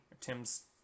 tim's